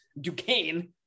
Duquesne